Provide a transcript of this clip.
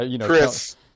Chris